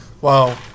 wow